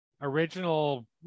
original